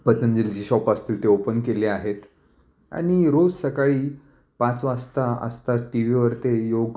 पतंजलीची shop असतील ते open केले आहेत आणि रोज सकाळी पाच वाजता आसतात टी व्हीवर ते योग